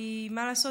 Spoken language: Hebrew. כי מה לעשות,